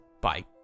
Bye